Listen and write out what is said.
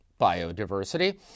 biodiversity